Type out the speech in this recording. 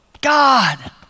God